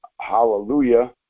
hallelujah